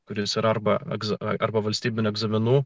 kuris yra arba egzo arba valstybinių egzaminų